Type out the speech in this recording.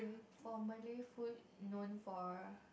for Malay food known for